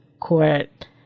Court